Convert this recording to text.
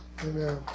Amen